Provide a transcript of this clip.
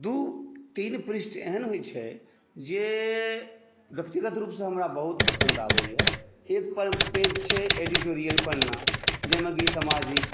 दू तीन पृष्ठ एहन होइ छै जे व्यक्तिगत रूपसँ हमरा बहुत पसन्द आबैए एक पन पेज छै एडिटोरियल पन्ना जाहिमे कि सामाजिक